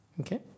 Okay